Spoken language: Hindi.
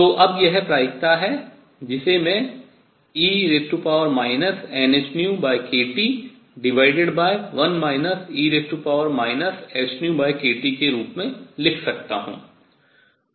तो अब यह प्रायिकता है जिसे मैं e nhνkT1 e hνkT के रूप में लिख सकता हूँ